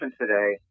today